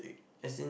as in